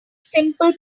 simple